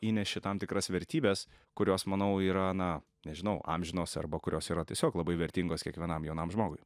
įneši tam tikras vertybes kurios manau yra na nežinau amžinos arba kurios yra tiesiog labai vertingos kiekvienam jaunam žmogui